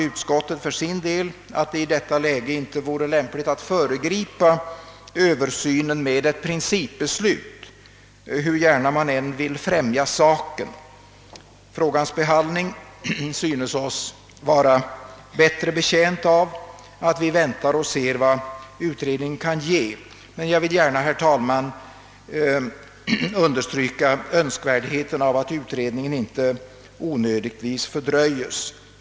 Utskottet anser att det i detta läge inte vore lämpligt att föregripa denna översyn genom ett principbeslut, hur gärna man än vill främja saken. Frågans behandling synes oss vara bättre betjänt av att vi väntar och ser vad utredningen kan ge. Men jag vill gärna, herr talman, framhålla önskvärdheten av att utredningen inte onödigtvis fördröjs.